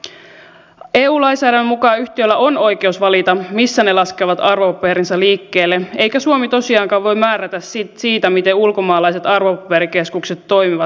eu lainsäädännön mukaan yhtiöillä on oikeus valita missä ne laskevat arvopaperinsa liikkeelle eikä suomi tosiaankaan voi määrätä siitä miten ulkomaalaiset arvopaperikeskukset toimivat